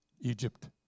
Egypt